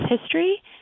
history